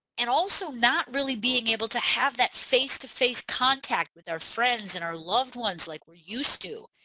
and also not really being able to have that face-to-face contact with our friends and our loved ones like we're used to.